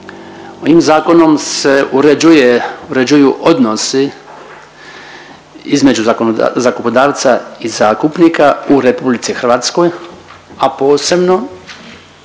Ovim zakonom se uređuje, uređuju odnosi između zakupodavca i zakupnika u RH, a posebno